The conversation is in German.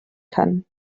kann